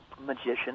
magician